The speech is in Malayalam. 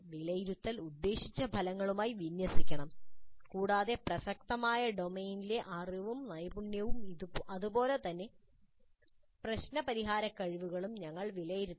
വിലയിരുത്തൽ ഉദ്ദേശിച്ച ഫലങ്ങളുമായി വിന്യസിക്കണം കൂടാതെ പ്രസക്തമായ ഡൊമെയ്നിലെ അറിവും നൈപുണ്യവും അതുപോലെ തന്നെ പ്രശ്നപരിഹാര കഴിവുകളും ഞങ്ങൾ വിലയിരുത്തണം